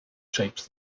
shapes